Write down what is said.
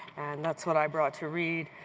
that's what i brought to read.